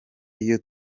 iyo